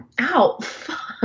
Ow